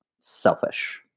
selfish